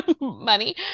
money